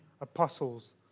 apostles